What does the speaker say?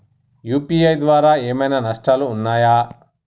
UPI ద్వారా ఏమైనా నష్టాలు ఉన్నయా?